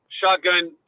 shotgun